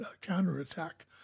counterattack